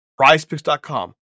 prizepix.com